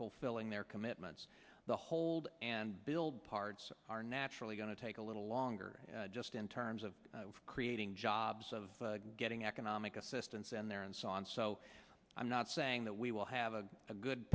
fulfilling their commitments to hold and build parts are naturally going to take a little longer just in terms of creating jobs of getting economic assistance and there and so on so i'm not saying that we will have a good